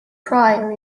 pryor